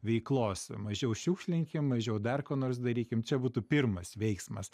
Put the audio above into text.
veiklos mažiau šiukšlinkim mažiau dar ko nors darykim čia būtų pirmas veiksmas